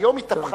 היום התהפכה,